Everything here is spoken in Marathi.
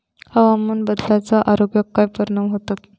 हवामान बदलाचो आरोग्याक काय परिणाम होतत?